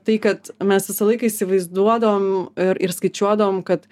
tai kad mes visą laiką įsivaizduodavom ir ir skaičiuodavom kad